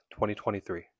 2023